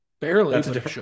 Barely